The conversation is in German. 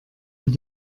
mit